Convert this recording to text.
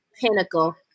pinnacle